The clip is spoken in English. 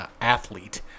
Athlete